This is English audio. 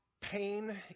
pain